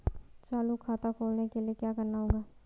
चालू खाता खोलने के लिए क्या करना होगा?